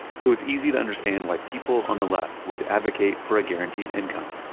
so it's easy to understand why people on the left would advocate for a guaranteed income.